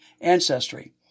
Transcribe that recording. ancestry